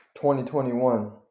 2021